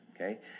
okay